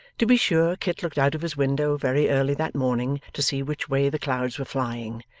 to be sure kit looked out of his window very early that morning to see which way the clouds were flying,